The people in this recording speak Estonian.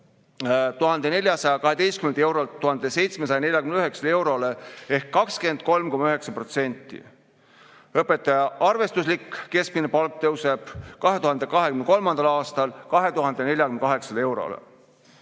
1412 eurolt 1749 eurole ehk 23,9%. Õpetaja arvestuslik keskmine palk tõuseb 2023. aastal 2048 eurole.